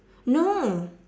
no